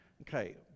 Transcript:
Okay